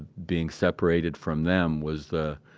being separated from them was the,